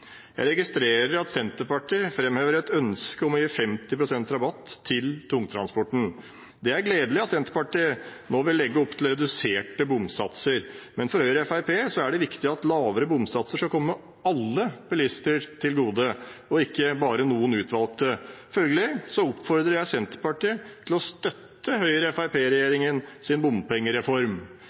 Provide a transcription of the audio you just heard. Jeg registrerer at Senterpartiet framhever et ønske om å gi 50 pst. rabatt til tungtransporten. Det er gledelig at Senterpartiet nå vil legge opp til reduserte bomsatser, men for Høyre og Fremskrittspartiet er det viktig at lavere bomsatser skal komme alle bilister til gode og ikke bare noen utvalgte. Følgelig oppfordrer jeg Senterpartiet til å støtte Høyre–Fremskrittsparti-regjeringens bompengereform.